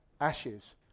Ashes